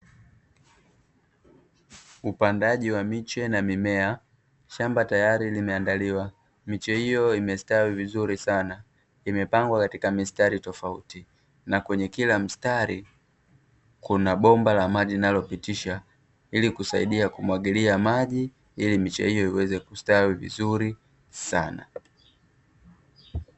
Upandaji wa miche na mimea, shamba tayari limeandaliwa. Miche hiyo imestawi vizuri sana, imepangwa katika mistari tofauti na kwenye kila mstari kuna bomba la maji linalopitisha ili kusaidia kumwagilia maji ili miche hiyo iweze kustawi vizuri sana.